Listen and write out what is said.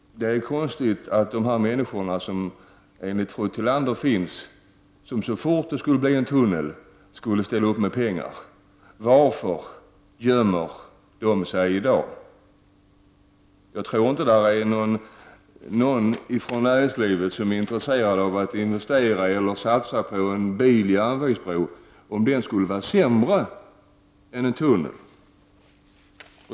Det är märkligt att dessa människor, som enligt fru Tillander skulle ställa upp med pengar så fort det hade fattats beslut om en tunnel, i dag gömmer sig. Jag tror inte att någon inom näringslivet är intresserad av att satsa på en biloch järnvägsbro, om den skulle vara sämre än en tunnel.